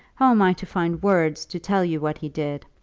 how am i to find words to tell you what he did,